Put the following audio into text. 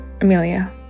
Amelia